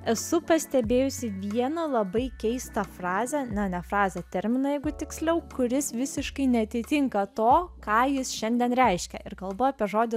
esu pastebėjusi vieną labai keistą frazę na ne frazę terminą jeigu tiksliau kuris visiškai neatitinka to ką jis šiandien reiškia ir kalba apie žodį